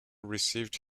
received